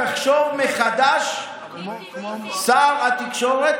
שר התקשורת,